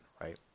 right